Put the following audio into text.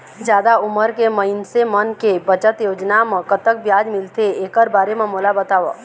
जादा उमर के मइनसे मन के बचत योजना म कतक ब्याज मिलथे एकर बारे म मोला बताव?